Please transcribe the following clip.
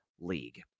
League